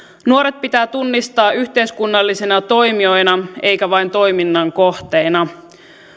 nuoret pitää tunnistaa yhteiskunnallisina toimijoina eikä vain toiminnan kohteena